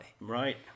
Right